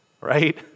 right